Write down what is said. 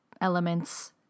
elements